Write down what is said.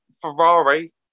ferrari